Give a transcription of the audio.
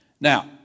Now